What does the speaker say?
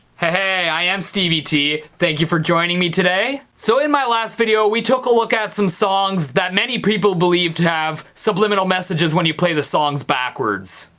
hey im um stevie tee. thank you for joining me today. so in my last video we took a look at some songs that many people believe to have subliminal messages when you play the songs backwards.